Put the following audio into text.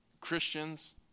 Christians